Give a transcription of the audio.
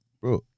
bro